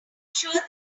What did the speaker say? sure